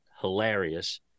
hilarious